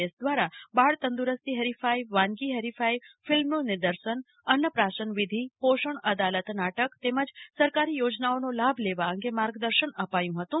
S દ્વારા બાળતંદુરસ્તી હરીફાઈ વાનગી હરીફાઈ ફિલ્મનું નીર્દર્શન અન્નપ્રાશનવિધિ પોષણ અદાલત નાટક તેમજ સરકારી યોજનાઓનો લાભ લેવા અંગે માર્ગદર્શન અપાયું હતું